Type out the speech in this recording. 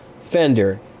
Fender